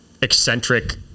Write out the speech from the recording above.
eccentric